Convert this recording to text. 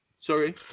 sorry